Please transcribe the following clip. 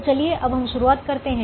तो चलिए अब हम शुरुआत करते हैं